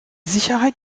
sicherheit